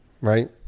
right